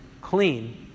clean